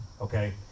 Okay